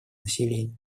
населению